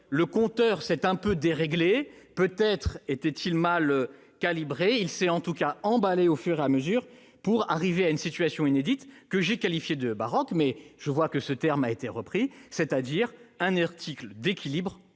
le compteur s'est un peu déréglé. Peut-être était-il mal calibré ; en tout cas, il s'est emballé au fur et à mesure, pour arriver à une situation inédite, que j'ai qualifiée de baroque- je vois que ce terme a été repris -, c'est-à-dire à un article d'équilibre